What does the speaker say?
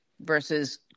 versus